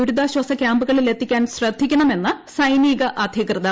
ദുരിതാശ്വാസ ക്യാമ്പുകളിൽ എത്തിക്കാൻ ശ്രദ്ധിക്കണമെന്ന് സൈനിക അധികൃതർ